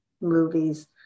movies